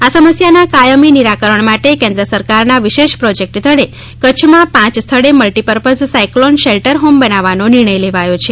આ સમસ્યાના કાયમી નિરાકરણ માટે કેન્દ્ર સરકાર ના વિશેષ પ્રોજેક્ટ તળે કચ્છમાં પ સ્થળે મલ્ટિપર્પઝ સાયક્લોન શેલ્ટર હોમ બનાવવાનો નિર્ણય લેવાયો છે